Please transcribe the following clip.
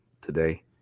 today